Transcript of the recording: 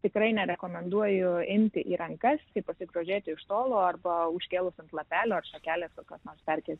tikrai nerekomenduoju imti į rankas tai pasigrožėti iš tolo arba užkėlus ant lapelio ar šakelės kokios nors perkelti